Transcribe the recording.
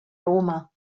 roma